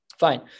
Fine